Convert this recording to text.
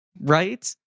right